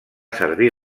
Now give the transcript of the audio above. servir